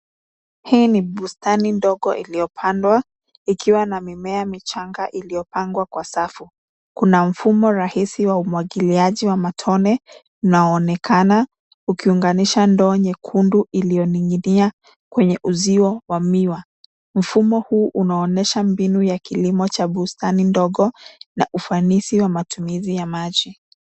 Hii ni bustani ndogo iliyopandwa ikiwa na mimea michanga iliyopangwa kwa safu. Kuna mfumo rahisi wa umwagiliaji wa matone unaonekana ukiunganisha ndoo nyekundu iliyoning'inia kwenye uzio wa miwa. Mfumo huu unaonesha mbinu ya kilimo cha bustani ndogo na ufanisi wa matumizi ya maji.